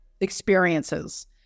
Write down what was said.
experiences